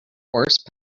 horse